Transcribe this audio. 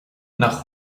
nach